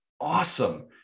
awesome